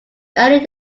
early